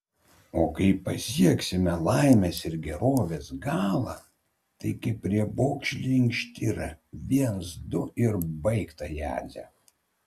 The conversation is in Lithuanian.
o kai pasieksime laimės ir gerovės galą tai kaip riebokšlį inkštirą viens du ir baigta jadze